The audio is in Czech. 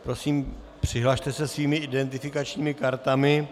Prosím, přihlaste se svými identifikačními kartami.